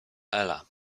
ela